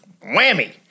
whammy